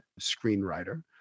screenwriter